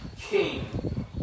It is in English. king